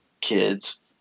kids